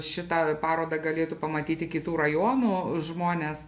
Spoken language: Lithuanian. šitą parodą galėtų pamatyti kitų rajonų žmonės